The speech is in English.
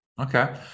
Okay